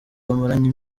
bamaranye